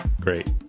Great